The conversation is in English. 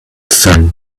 sun